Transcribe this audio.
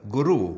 Guru